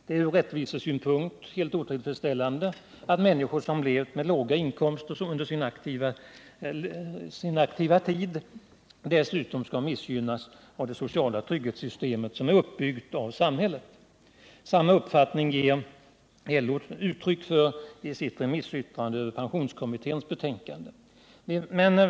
Det är från rättvisesynpunkt helt otillfredsställande att människor som levt med låga inkomster under sin aktiva tid dessutom skall missgynnas av det sociala trygghetssystem som är uppbyggt av samhället. Samma uppfattning ger LO uttryck för i sitt remissyttrande över pensionskommitténs betänkande.